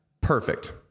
Perfect